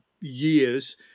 years